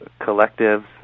collectives